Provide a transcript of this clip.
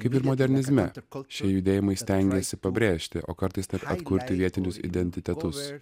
kaip ir modernizme šie judėjimai stengiasi pabrėžti o kartais net atkurti vietinius identitetus